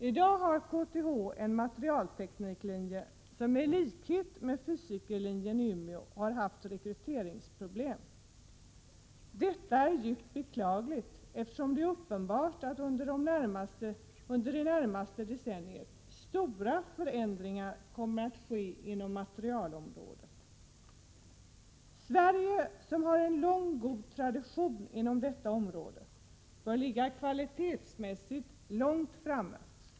I dag har KTH en materialtekniklinje, som i likhet med fysikerlinjen i Umeå har haft rekryteringsproblem. Detta är djupt beklagligt, eftersom det är uppenbart att det under det närmaste decenniet kommer att ske stora förändringar inom materialområdet. Sverige, som har en lång och god tradition inom detta område, bör ligga kvalitetsmässigt långt framme.